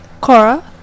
Cora